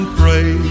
pray